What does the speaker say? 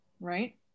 right